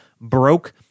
broke